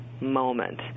moment